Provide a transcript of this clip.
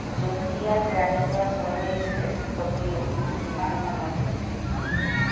যদি ইয়াত ৰাতিপুৱা ছয় বাজিছে ট'কিয়োত কিমান সময় হৈছে